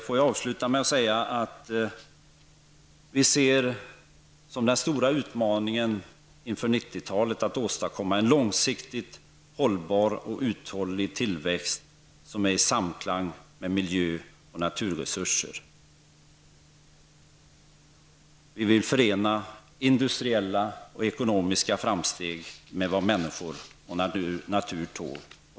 Får jag avsluta med att säga, att det vi ser som den stora utmaningen inför 90-talet är att åstadkomma en långsiktigt hållbar och uthållig tillväxt som är i samklang med miljö och naturresurser. Vi vill förena industriella och ekonomiska framsteg med vad människor och natur tål.